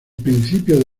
principio